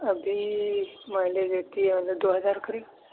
ابھی مائلیج دیتی ہے دو ہزار قریب